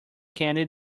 candy